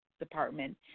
department